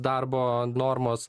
darbo normos